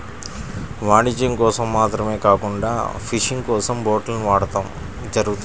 వాణిజ్యం కోసం మాత్రమే కాకుండా ఫిషింగ్ కోసం బోట్లను వాడటం జరుగుతుంది